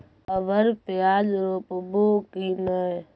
अबर प्याज रोप्बो की नय?